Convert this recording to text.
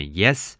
yes